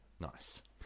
Nice